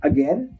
Again